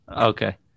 okay